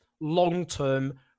long-term